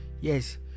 Yes